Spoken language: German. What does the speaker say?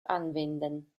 anwenden